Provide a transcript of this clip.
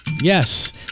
Yes